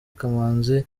kamanzi